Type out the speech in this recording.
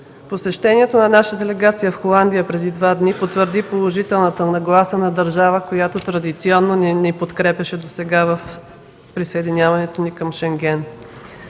Посещението на наша делегация в Холандия преди два дни потвърди положителната нагласа на държава, която традиционно не ни подкрепяше досега в присъединяването ни към Шенген.